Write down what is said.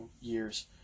years